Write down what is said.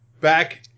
back